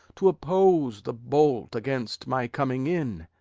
to oppose the bolt against my coming in.